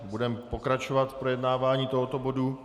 Budeme pokračovat v projednávání tohoto bodu.